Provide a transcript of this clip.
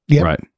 right